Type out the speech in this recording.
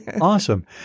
Awesome